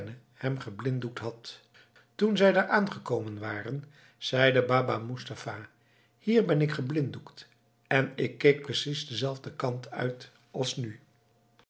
hem geblinddoekt had toen zij daar aangekomen waren zeide baba moestapha hier ben ik geblinddoekt en ik keek precies denzelfden kant uit als nu